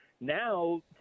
now